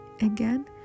again